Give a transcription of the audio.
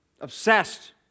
Obsessed